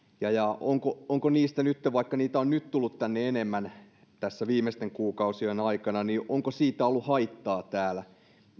ja ja onko onko siitä nytten vaikka niitä on nyt tullut tänne enemmän tässä viimeisten kuukausien aikana ollut haittaa täällä